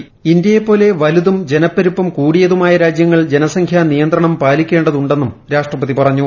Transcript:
ൃഇ്ന്ത്യയെ പോലുള്ള വലുതും ജനപ്പെരുപ്പം കൂടിയത്ത്മൃത്യ രാജ്യങ്ങൾ ജനസംഖ്യ നിയന്ത്രണം പാലിക്ക്ക്ണ്ടെതുണ്ടെന്നും രാഷ്ട്രപതി പറഞ്ഞു